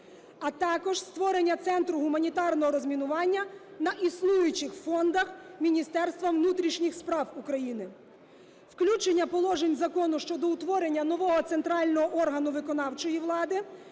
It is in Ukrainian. а також створення центру гуманітарного розмінування на існуючих фондах Міністерства внутрішніх справ України, включення положень закону щодо утворення нового центрального органу виконавчої влади,